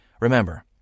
Remember